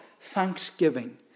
thanksgiving